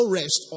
rest